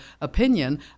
opinion